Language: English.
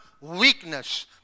weakness